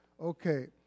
Okay